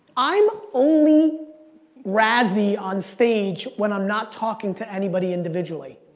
i'm only razzy on stage when i'm not talking to anybody individually.